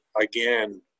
again